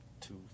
two